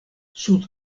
sud